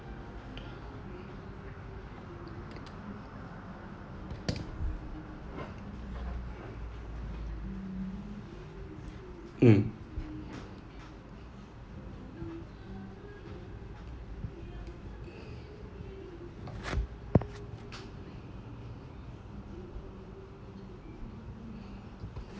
mm